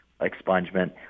expungement